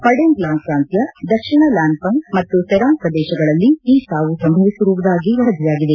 ಪಡೆಂಗ್ಲಾಂಗ್ ಪ್ರಾಂತ್ಯ ದಕ್ಷಿಣ ಲ್ಯಾಮ್ಪಂಗ್ ಮತ್ತು ಸೆರಾಂಗ್ ಪ್ರದೇಶಗಳಲ್ಲಿ ಈ ಸಾವುಗಳು ಸಂಭವಿಸಿರುವುದಾಗಿ ವರದಿಯಾಗಿದೆ